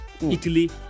Italy